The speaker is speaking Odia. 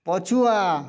ପଛୁଆ